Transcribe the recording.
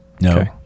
No